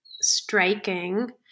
striking